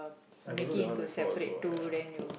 I got do that one before also what ya